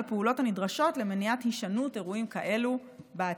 הפעולות הנדרשות למניעת הישנות אירועים כאלה בעתיד.